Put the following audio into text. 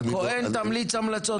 הכהן תמליץ המלצות גם,